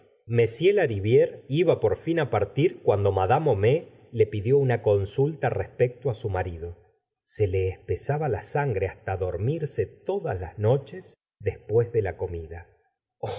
constitución l lariviére iba por fin á partir cuando madame homais le pidió una consulta respecto á su marido se le espesaba la sangre hasta dormirse todas las noches después de la comida